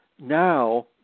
Now